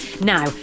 Now